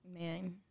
man